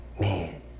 man